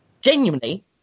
genuinely